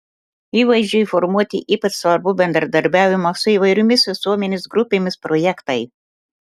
įvaizdžiui formuoti ypač svarbu bendradarbiavimo su įvairiomis visuomenės grupėmis projektai